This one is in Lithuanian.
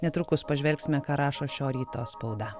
netrukus pažvelgsime ką rašo šio ryto spauda